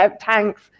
tanks